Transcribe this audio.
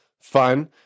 fun